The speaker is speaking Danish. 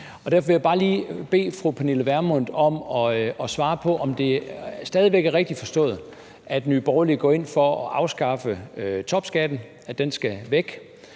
Derfor vil jeg bare lige bede fru Pernille Vermund om at svare på, om det stadig væk er rigtigt forstået, at Nye Borgerlige går ind for at afskaffe topskatten, at den skal væk,